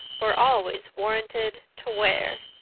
were always warranted to wear.